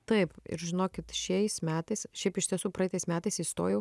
taip ir žinokit šiais metais šiaip iš tiesų praeitais metais įstojau